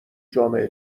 جامعه